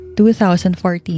2014